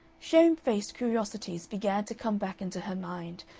shamefaced curiosities began to come back into her mind,